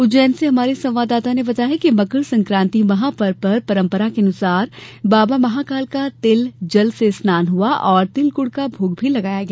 उज्जैन से हमारे संवाददाता ने बताया है कि मकर संक्रांति महापर्व पर परंपरा अनुसार बाबा महाकाल का तिल जल से स्नान हुआ और तिल गुड़ का भोग भी लगाया गया